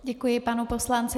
Děkuji panu poslanci.